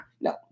No